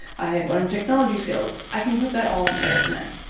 i have learned technology skills. i can put that all on my resume.